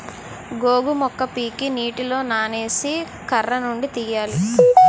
గోగు మొక్క పీకి నీటిలో నానేసి కర్రనుండి తీయాలి